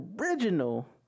original